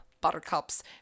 buttercups